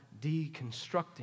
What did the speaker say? deconstructing